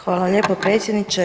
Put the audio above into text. Hvala lijepo predsjedniče.